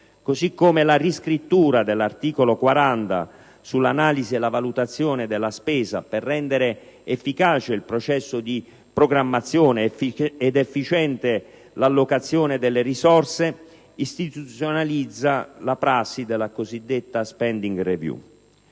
così come la riscrittura dell'articolo 40 sull'analisi e sulla valutazione della spesa, per rendere efficace il processo di programmazione ed efficiente l'allocazione delle risorse, istituzionalizza la prassi della cosiddetta *Spending* *Review*.